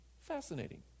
Fascinating